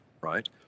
right